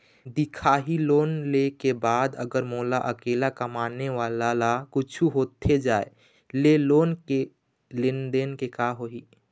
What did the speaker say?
दिखाही लोन ले के बाद अगर मोला अकेला कमाने वाला ला कुछू होथे जाय ले लोन के लेनदेन के का होही?